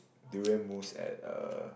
durian mousse at uh